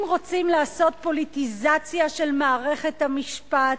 אם רוצים לעשות פוליטיזציה של מערכת המשפט,